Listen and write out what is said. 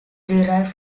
derived